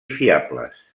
fiables